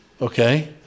Okay